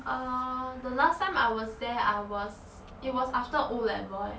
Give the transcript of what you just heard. uh the last time I was there I was it was after o level eh